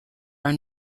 are